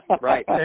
Right